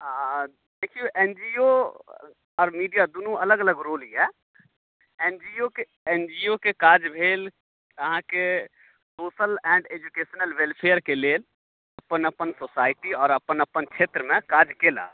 आँ देखियौ N G O आओर मीडिया दूनू अलग अलग रोल यऽ N G O N G O के काज भेल अहाँकेँ सोशल एंड एजूकेशनल वेलफेरके लेल अपन अपन सोसाइटी आओर अपन अपन क्षेत्रमे काज कयला